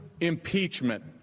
impeachment